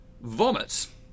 vomits